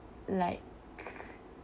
like